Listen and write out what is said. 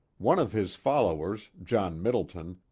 one of his followers, john middleton,